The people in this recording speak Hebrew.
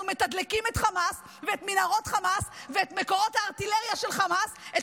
אנחנו מתדלקים את חמאס ואת מנהרות חמאס ואת מקורות הארטילריה של חמאס.